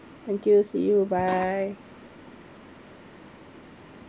thank you see you bye